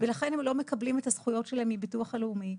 ולכן הם לא מקבלים את הזכויות שלהם מביטוח לאומי,